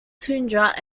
tundra